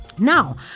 Now